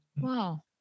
Wow